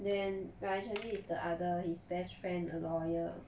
then but actually it's the other his best friend a lawyer